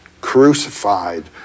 crucified